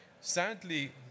sadly